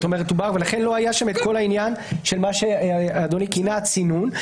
ולכן לא היה שם את כל העניין של מה שאדוני כינה: צינון.